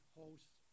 hosts